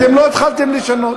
אתם לא התחלתם לשנות.